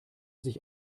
sich